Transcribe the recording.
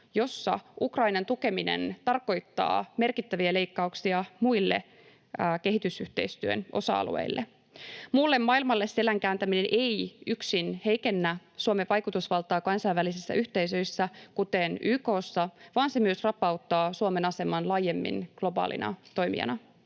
jossa Ukrainan tukeminen tarkoittaa merkittäviä leikkauksia muille kehitysyhteistyön osa-alueille. Muulle maailmalle selän kääntäminen ei yksin heikennä Suomen vaikutusvaltaa kansainvälisissä yhteisöissä, kuten YK:ssa, vaan se myös rapauttaa Suomen aseman laajemmin globaalina toimijana.